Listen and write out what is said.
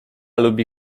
lubi